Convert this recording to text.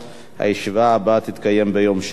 הישיבה הבאה תתקיים ביום שני,